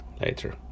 later